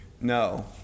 No